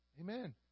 Amen